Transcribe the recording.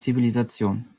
zivilisation